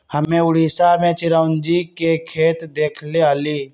हम्मे उड़ीसा में चिरौंजी के खेत देखले हली